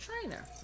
trainer